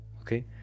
Okay